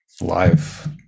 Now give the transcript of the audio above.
life